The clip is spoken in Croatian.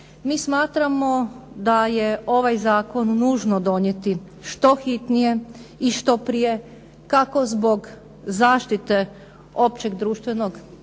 Mi smatramo da je ovaj zakon nužno donijeti što hitnije i što prije kako zbog zaštite općih društvenih